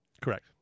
Correct